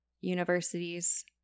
universities